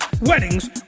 weddings